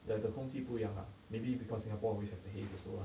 the the 空气不一样 lah maybe because Singapore always has the haze also lah